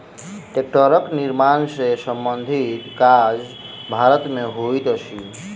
टेक्टरक निर्माण सॅ संबंधित काज भारत मे होइत अछि